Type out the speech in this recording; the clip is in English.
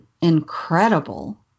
incredible